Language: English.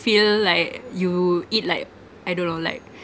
feel like you eat like I don't know like